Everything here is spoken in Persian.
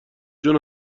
جون